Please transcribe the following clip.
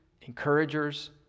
encouragers